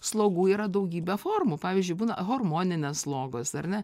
slogų yra daugybė formų pavyzdžiui būna hormoninės slogos ar ne